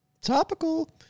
Topical